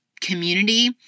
community